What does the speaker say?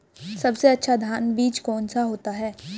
सबसे अच्छा धान का बीज कौन सा होता है?